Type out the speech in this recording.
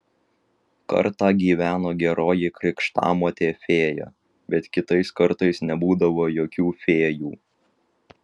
kartą gyveno geroji krikštamotė fėja bet kitais kartais nebūdavo jokių fėjų